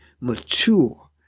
mature